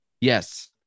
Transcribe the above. yes